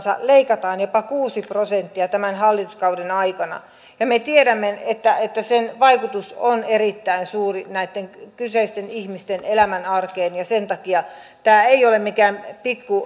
leikataan jopa kuusi prosenttia tämän hallituskauden aikana ja me tiedämme että että sen vaikutus on erittäin suuri näitten kyseisten ihmisten elämän arkeen sen takia tämä ei ole mikään